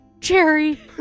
cherry